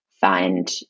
find